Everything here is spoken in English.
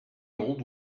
old